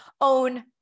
own